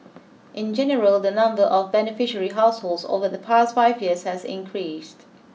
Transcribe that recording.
in general the number of beneficiary households over the past five years has increased